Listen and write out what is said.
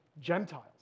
Gentiles